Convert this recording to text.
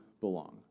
belong